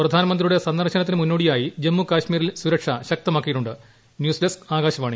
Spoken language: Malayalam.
പ്രധാനമന്ത്രിയുടെ സന്ദർശനത്തിന് മുന്നോടിയായി ജമ്മുകാശ്മീരിൽ സുരക്ഷ ശക്തമാക്കിയിട്ടു ന്യൂസ് ഡെസ്ക് ആകാശവാണി